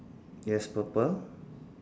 yes purple